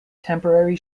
temporary